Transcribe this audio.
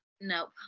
Nope